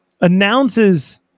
Announces